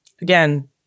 again